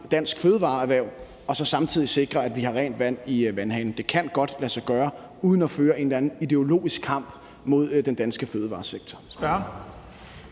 dansk fødevareerhverv i Danmark og så samtidig sikre, at vi har rent vand i vandhanen. Det kan godt lade sig gøre uden at føre en eller anden ideologisk kamp mod den danske fødevaresektor.